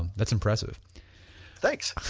that's impressive thanks